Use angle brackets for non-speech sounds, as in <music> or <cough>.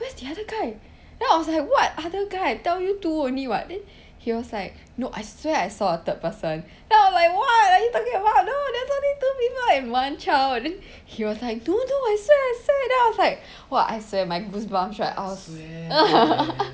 where's the other guy then I was like what other guy I tell you two only [what] then he was like no I swear I saw a third person then I was like what are you talking about no never leh two people and one child then he was like no no I swear I swear then I was like I swear my goosebumps right I was <laughs>